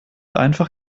einfach